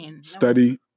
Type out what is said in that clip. study